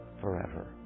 forever